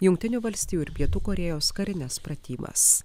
jungtinių valstijų ir pietų korėjos karines pratybas